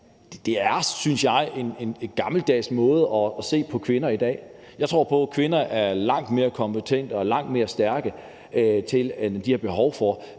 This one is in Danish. er, synes jeg, en gammeldags måde at se på kvinder i dag på. Jeg tror på, at kvinder er langt mere kompetente og langt mere stærke, end at de har behov for,